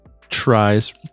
tries